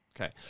Okay